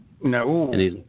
no